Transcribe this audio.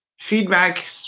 Feedback